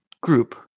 group